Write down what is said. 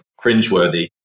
cringeworthy